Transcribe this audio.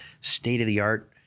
state-of-the-art